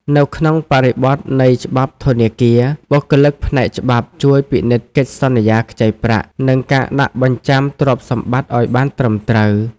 នៅក្នុងបរិបទនៃច្បាប់ធនាគារ បុគ្គលិកផ្នែកច្បាប់ជួយពិនិត្យកិច្ចសន្យាខ្ចីប្រាក់ និងការដាក់បញ្ចាំទ្រព្យសម្បត្តិឱ្យបានត្រឹមត្រូវ។